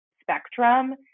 spectrum